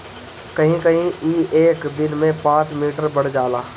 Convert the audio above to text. कहीं कहीं ई एक दिन में पाँच मीटर बढ़ जाला